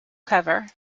cover